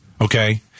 okay